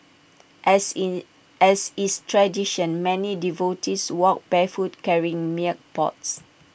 as in as is tradition many devotees walked barefoot carrying milk pots